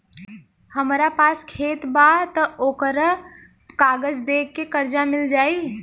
हमरा पास खेत बा त ओकर कागज दे के कर्जा मिल जाई?